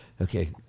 Okay